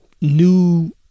new